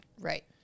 Right